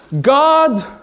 God